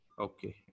Okay